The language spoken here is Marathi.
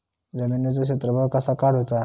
जमिनीचो क्षेत्रफळ कसा काढुचा?